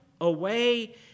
away